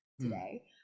today